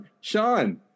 Sean